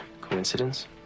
coincidence